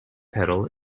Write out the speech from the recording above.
pedal